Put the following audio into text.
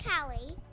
Callie